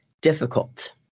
difficult